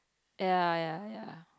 ya ya ya